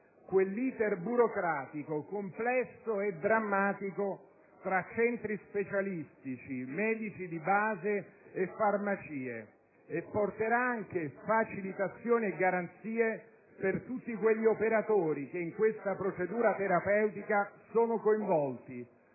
quell'*iter* burocratico, complesso e drammatico tra centri specialistici, medici di base e farmacie, e porterà anche facilitazioni e garanzie per tutti quegli operatori che in questa procedura terapeutica sono coinvolti,